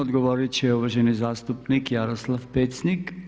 Odgovorit će uvaženi zastupnik Jaroslav Pecnik.